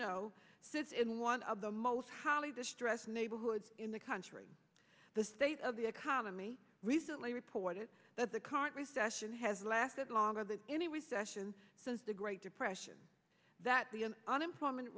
know sits in one of the most highly distressed neighborhoods in the country the state of the economy recently reported that the current recession has lasted longer than any recession since the great depression that the unemployment